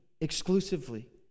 exclusively